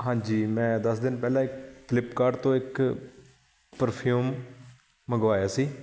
ਹਾਂਜੀ ਮੈਂ ਦਸ ਦਿਨ ਪਹਿਲਾਂ ਇੱਕ ਫਲਿਪਕਾਟ ਤੋਂ ਇੱਕ ਪ੍ਰਫਿਊਮ ਮੰਗਵਾਇਆ ਸੀ